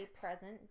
present